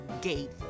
Gate